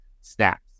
snaps